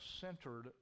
centered